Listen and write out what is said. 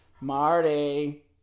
Marty